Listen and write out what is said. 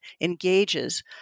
engages